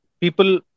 people